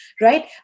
right